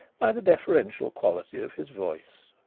by the deferential quality of his voice.